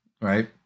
right